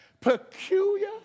Peculiar